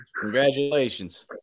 Congratulations